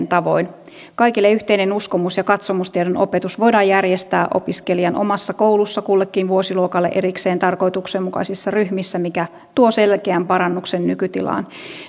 tavoin kaikille yhteinen uskomus ja katsomustiedon opetus voidaan järjestää opiskelijan omassa koulussa kullekin vuosiluokalle erikseen tarkoituksenmukaisissa ryhmissä mikä tuo selkeän parannuksen nykytilaan